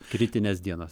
kritinės dienos